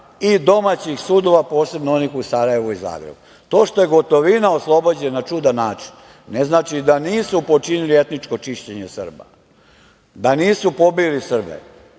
i domaćih sudova, posebno onih u Sarajevu i Zagrebu. To što je Gotovina oslobođen na čudan način, ne znači da nisu počinili etničko čišćenje Srba, da nisu pobili Srbe